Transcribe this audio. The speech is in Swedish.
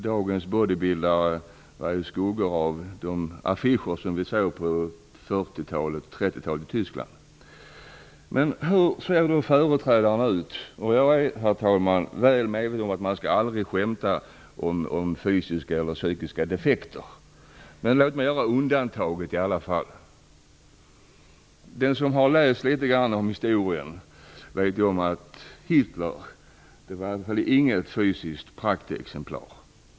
Dagens bodybuildare är skuggor av de män som man kunde se på affischer på 30 och 40-talen i Tyskland. Hur ser då företrädarna ut? Jag är, herr talman, väl medveten om att man aldrig skall skämta om fysiska eller psykiska defekter. Men låt mig göra ett undantag. Den som har läst litet grand om historien vet att Hitler inte var något fysiskt praktexemplar.